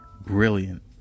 brilliant